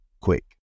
quick